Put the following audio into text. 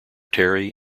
terry